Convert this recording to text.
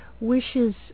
wishes